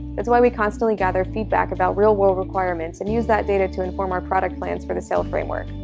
that's why we constantly gather feedback about real-world requirements and use that data to inform our product plans for the sail framework.